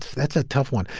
that's a tough one.